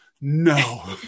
No